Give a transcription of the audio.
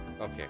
Okay